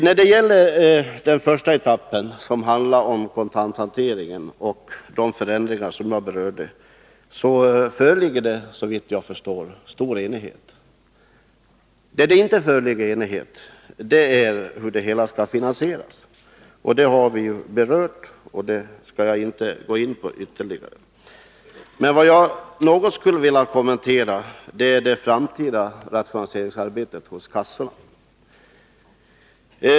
När det gäller den första etappen, som handlar om kontanthanteringen och de förändringar som jag berörde i mitt tidigare inlägg, föreligger det, såvitt jag förstår, stor enighet. Vad det inte föreligger enighet om är hur det hela skall finansieras. Det har vi berört, och det skall jag inte gå in på ytterligare. Men vad jag något skulle vilja kommentera är det framtida rationaliseringsarbetet hos kassorna.